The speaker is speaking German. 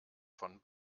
von